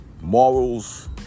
Morals